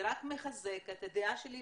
זה רק מחזק את הדעה שלי,